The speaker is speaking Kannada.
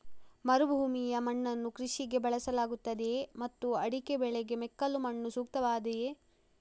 ಮರುಭೂಮಿಯ ಮಣ್ಣನ್ನು ಕೃಷಿಗೆ ಬಳಸಲಾಗುತ್ತದೆಯೇ ಮತ್ತು ಅಡಿಕೆ ಬೆಳೆಗೆ ಮೆಕ್ಕಲು ಮಣ್ಣು ಸೂಕ್ತವಾಗಿದೆಯೇ?